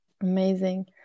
Amazing